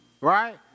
Right